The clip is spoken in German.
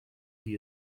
wie